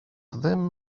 ddim